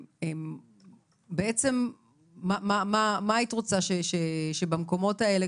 מה היית רוצה, שבמקומות האלה